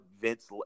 vince